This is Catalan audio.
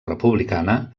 republicana